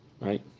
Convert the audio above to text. Right